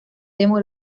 demo